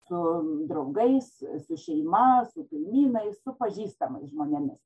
su draugais su šeima su kaimynais su pažįstamais žmonėmis